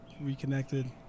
Reconnected